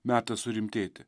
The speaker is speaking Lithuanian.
metas surimtėti